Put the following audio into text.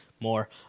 more